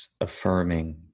affirming